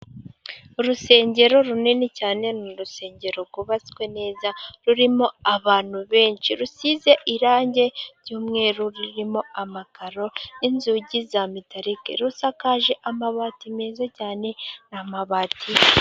Urusengero runini cyane. Ni urusengero rwubatswe neza rurimo abantu benshi, rusize irangi ry'umweru ririmo amakaro n,inzugi za mitarike rusakaje amabati meza cyane ni amabati.